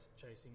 chasing